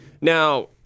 Now